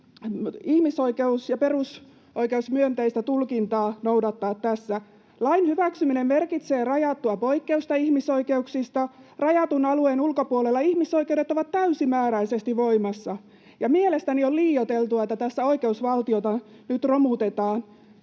ihmisoikeus- ja perusoikeusmyönteistä tulkintaa noudattaa tässä. Lain hyväksyminen merkitsee rajattua poikkeusta ihmisoikeuksista. Rajatun alueen ulkopuolella ihmisoikeudet ovat täysimääräisesti voimassa. Mielestäni on liioiteltua, että tässä oikeusvaltiota nyt romutetaan,